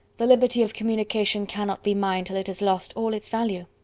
the liberty of communication cannot be mine till it has lost all its value!